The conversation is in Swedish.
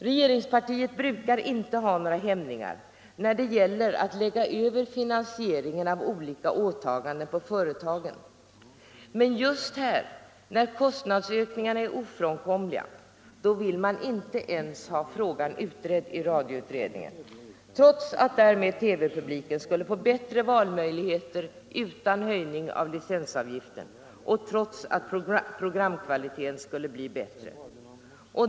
Regeringspartiet brukar inte ha några hämningar när det gäller att lägga över finansieringen av olika åtaganden på företagen, men just här, där kostnadsökningarna är ofrånkomliga, vill man inte ens ha den frågan utredd av radioutredningen, trots att därmed TV-publiken skulle få bättre valmöjligheter utan höjning av licensavgiften och trots att programkvaliteten skulle bli bättre.